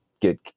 get